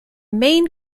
main